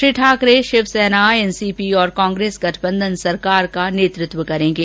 Shri Thackeray Shiv Sena N C P और कांग्रेस गठबंधन सरकार का नेतृत्व करेंगे